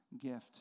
gift